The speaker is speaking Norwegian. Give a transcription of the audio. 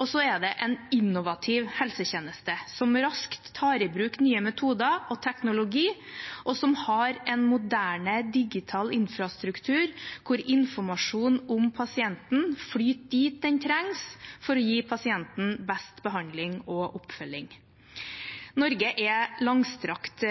Og så er det en innovativ helsetjeneste som raskt tar i bruk nye metoder og teknologi, og som har en moderne, digital infrastruktur, hvor informasjon om pasienten flyter dit den trengs, for å gi pasienten best behandling og oppfølging. Norge er langstrakt,